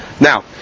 Now